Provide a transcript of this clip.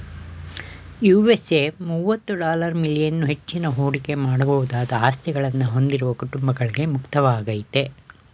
USA ಮುವತ್ತು dollar million ಹೆಚ್ಚಿನ ಹೂಡಿಕೆ ಮಾಡಬಹುದಾದ ಆಸ್ತಿಗಳನ್ನ ಹೊಂದಿರುವ ಕುಟುಂಬಗಳ್ಗೆ ಮುಕ್ತವಾಗೈತೆ